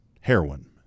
heroin